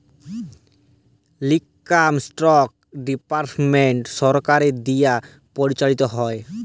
income tax department সরকারের দিয়া পরিচালিত হ্যয়